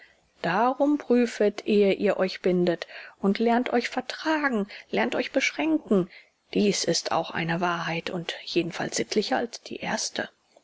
darum prüfet ehe ihr euch bindet und lernt euch vertragen lernt euch beschränken dies ist auch eine wahrheit und jedenfalls sittlicher als die erste